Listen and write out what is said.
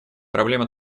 проблема